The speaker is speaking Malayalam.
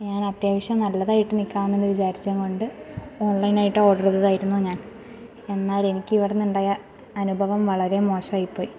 ഞാനത്യാവശ്യം നല്ലതായിട്ട് നിക്കാമെന്ന് വിചാരിച്ചത് കൊണ്ട് ഓൺലൈനായിട്ട് ഓർഡർ ചെയ്തതായിരുന്നു ഞാൻ എന്നാൽ എനിക്ക് ഇവിടെ നിന്നുണ്ടായ അനുഭവം വളരെ മോശമായിപ്പോയി